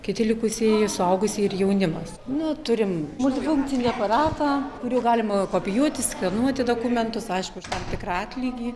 kiti likusieji suaugusieji ir jaunimas nu turim multifunkcinį aparatą kuriuo galima kopijuoti skenuoti dokumentus aišku už tam tikrą atlygį